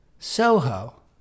Soho